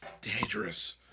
Dangerous